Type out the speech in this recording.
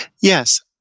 Yes